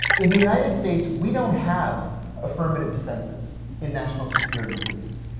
in the united states we don't have affirmative defenses in national security cases.